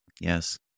Yes